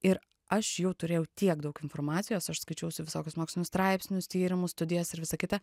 ir aš jų turėjau tiek daug informacijos aš skaičiausi visokius mokslinius straipsnius tyrimus studijas ir visa kita